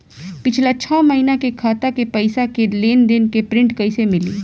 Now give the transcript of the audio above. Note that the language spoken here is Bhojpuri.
पिछला छह महीना के खाता के पइसा के लेन देन के प्रींट कइसे मिली?